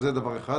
זה דבר אחד.